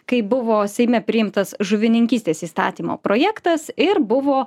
kai buvo seime priimtas žuvininkystės įstatymo projektas ir buvo